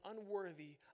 unworthy